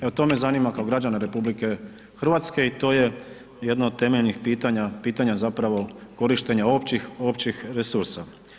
Evo to me zanima kao građana RH i to je jedno od temeljnih pitanja, pitanja zapravo korištenja općih resursa.